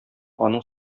аның